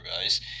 guys